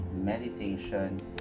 meditation